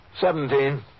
Seventeen